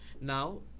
Now